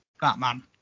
Batman